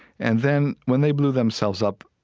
and then, when they blew themselves up,